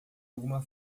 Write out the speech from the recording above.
alguma